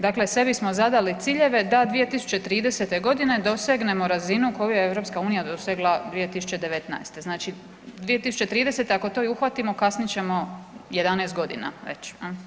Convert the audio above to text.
Dakle, sebi smo zadali ciljeve da 2030. godine dosegnemo razinu koju je EU dosegla 2019. znači 2030. ako to i uhvatimo kasnit ćemo 11 godina već.